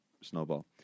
snowball